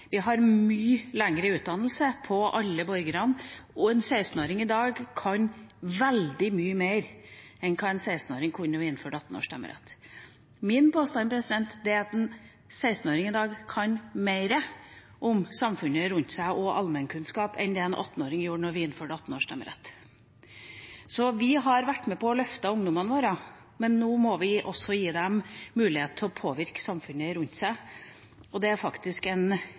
har mye lengre utdannelse, og en 16-åring i dag kan veldig mye mer enn hva en 16-åring kunne da vi innførte stemmerett for 18-åringer. Min påstand er at en 16-åring i dag kan mer om samfunnet rundt seg og har mer allmennkunnskap enn det en 18-åring hadde da vi innførte stemmerett for 18-åringer. Vi har vært med på å løfte ungdommene våre, men nå må vi også gi dem muligheten til å påvirke samfunnet rundt seg, og vi har faktisk en